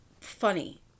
funny